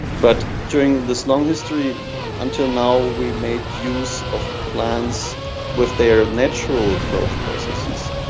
but during this long history until now we've made use of plants with their natural growth processes.